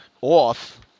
off